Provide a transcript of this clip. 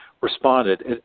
responded